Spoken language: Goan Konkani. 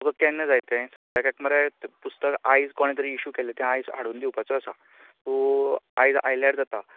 तुका केन्ना जाय ते सद्याक एक मरे तें पुस्तक आयज कोणे तरी इशू केल्ले ते आयज हाडून दिवपाचो आसा तूं आयज आयल्यार जाता